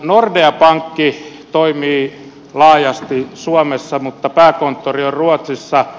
nordea pankki toimii laajasti suomessa mutta pääkonttori on ruotsissa